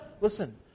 Listen